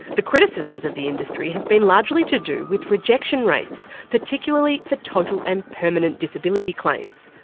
the criticisms of the industry have been largely to do with rejection rates, particularly for total and permanent disability claims.